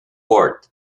fourth